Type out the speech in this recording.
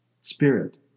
spirit